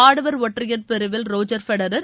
ஆடவர் ஒற்றையர் பிரிவில் ரோஜர் ஃபெடரர்